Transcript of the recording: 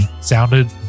sounded